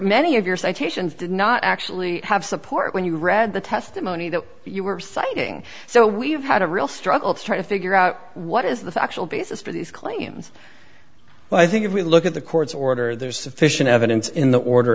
many of your citations did not actually have support when you read the testimony that you were citing so we've had a real struggle to try to figure out what is the factual basis for these claims well i think if we look at the court's order there's sufficient evidence in the order